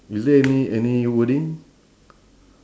is there any any wording